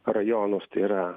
rajonus tai yra